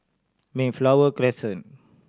Mayflower Crescent